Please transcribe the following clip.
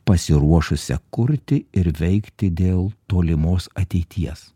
pasiruošusią kurti ir veikti dėl tolimos ateities